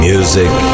Music